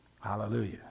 Hallelujah